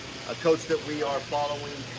a coach that we are following